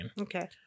Okay